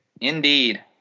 indeed